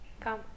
come